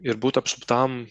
ir būt apsuptam